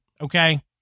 Okay